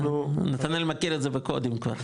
נתנאל מכיר את זה בקודים כבר.